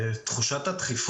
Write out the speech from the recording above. קניתי, קניתי.